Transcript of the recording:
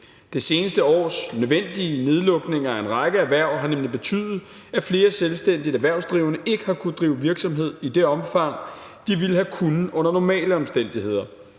Det seneste års nødvendige nedlukning af en række erhverv har nemlig betydet, at flere selvstændigt erhvervsdrivende ikke har kunnet drive virksomhed i det omfang, de ville have kunnet under normale omstændigheder.